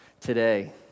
today